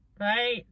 right